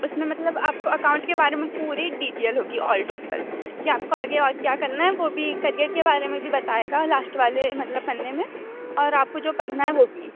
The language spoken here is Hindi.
उसमें मतलब आपको अकाउंट के बारे में पूरी डीटेल होगी ऑल टोटल कि आपको आगे और क्या करना है वो भी करियर के बारे में भी बताएगा लाश्ट वाले मतलब पन्ने में और आपको जो पढ़ना है वो भी